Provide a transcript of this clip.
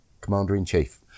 Commander-in-Chief